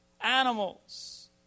animals